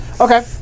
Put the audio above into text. Okay